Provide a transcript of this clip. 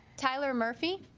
tyler murphy